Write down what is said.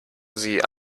sie